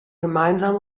gemeinsam